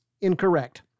incorrect